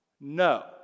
No